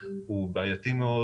הוא בעייתי מאוד.